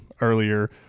earlier